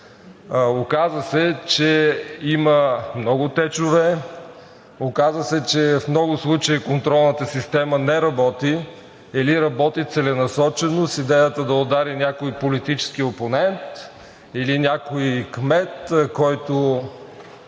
Оказа се, че има много течове, оказа се, че в много случаи контролната система не работи или работи целенасочено с идеята да удари някой политически опонент или някой кмет, който